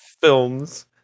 films